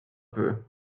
peu